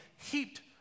heaped